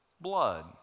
blood